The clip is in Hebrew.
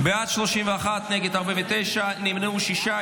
בעד, 31, נגד, 49, נמנעים, שישה.